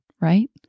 right